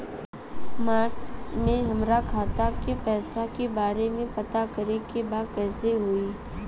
मार्च में हमरा खाता के पैसा के बारे में पता करे के बा कइसे होई?